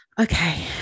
okay